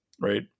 right